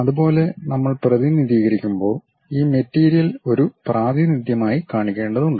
അതുപോലെ നമ്മൾ പ്രതിനിധീകരിക്കുമ്പോൾ ഈ മെറ്റീരിയൽ ഒരു പ്രാതിനിധ്യമായി കാണിക്കേണ്ടതുണ്ട്